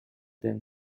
than